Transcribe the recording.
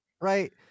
right